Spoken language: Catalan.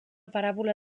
paràbola